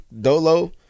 dolo